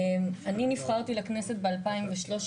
אני נבחרתי לכנסת ב-2013,